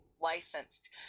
licensed